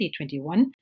2021